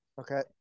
Okay